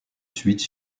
suite